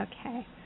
Okay